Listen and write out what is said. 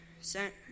sent